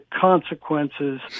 consequences